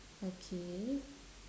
okay